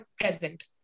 present